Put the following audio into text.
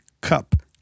Cup